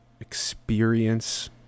experience